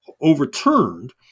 overturned